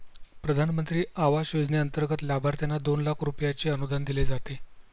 प्रधानमंत्री आवास योजनेंतर्गत लाभार्थ्यांना दोन लाख रुपयांचे अनुदान दिले जाते